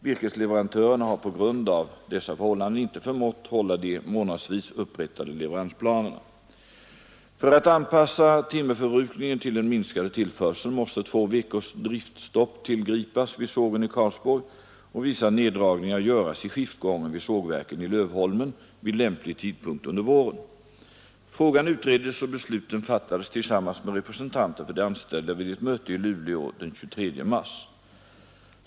Virkesleverantörerna har på grund av dessa förhållanden veckors driftstopp tillgripas vid sågen i Karlsborg och vissa neddragningar göras i skiftgången vid sågverken i Lövholmen vid lämplig tidpunkt under våren. Frågan utreddes och besluten fattades tillsammans med representanter för de anställda vid ett möte i Luleå den 23 mars.